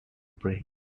pray